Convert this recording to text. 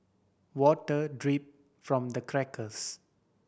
water drip from the cracks